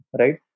right